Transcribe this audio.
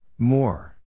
More